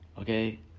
okay